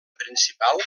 principal